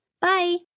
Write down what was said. Bye